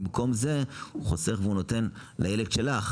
במקום זה הוא חוסך והוא נותן לילד שלך.